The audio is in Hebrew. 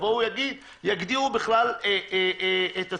יגדירו בכלל את הצורך.